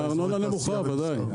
כי הארנונה נמוכה, ודאי.